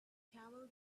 camel